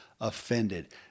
offended